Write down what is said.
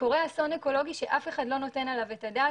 קורה אסון אקולוגי שאף אחד לא נותן עליו את הדעת,